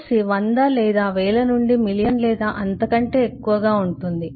Loc 100 లేదా వేల నుండి మిలియన్ లేదా అంతకంటే ఎక్కువగా ఉంటుంది